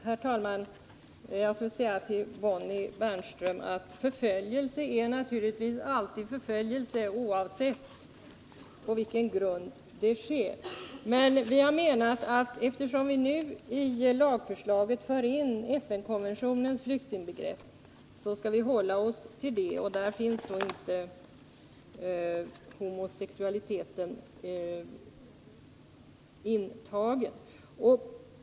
Herr talman! Jag skulle vilja säga till Bonnie Bernström att förföljelse naturligtvis alltid är förföljelse, oavsett på vilken grund den sker. Men eftersom vi nu i lagen har tagit in FN-kommissionens flyktingbegrepp, skall vi hålla oss till detta. Där finns inte homosexualiteten intagen.